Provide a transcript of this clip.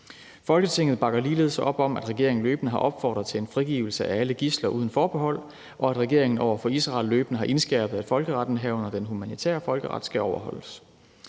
Folketinget bakker ligeledes op om, at regeringen løbende har opfordret til en frigivelse af alle gidsler uden forbehold, og at regeringen over for Israel løbende har indskærpet, at folkeretten, herunder den humanitære folkeret, skal overholdes.